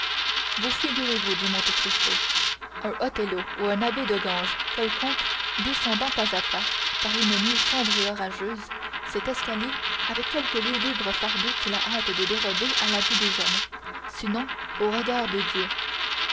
vous figurez-vous dit monte cristo un othello ou un abbé de ganges quelconque descendant pas à pas par une nuit sombre et orageuse cet escalier avec quelque lugubre fardeau qu'il a hâte de dérober à la vue des hommes sinon au regard de dieu